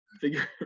figure